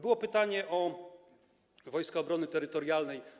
Było pytanie o Wojska Obrony Terytorialnej.